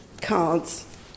cards